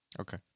Okay